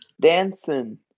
dancing